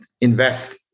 invest